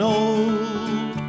old